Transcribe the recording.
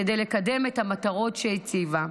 כדי לקדם את המטרות שהציבה.